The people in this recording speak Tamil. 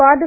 கார்டி